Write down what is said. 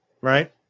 right